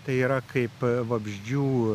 tai yra kaip vabzdžių